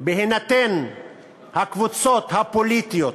בהינתן הקבוצות הפוליטיות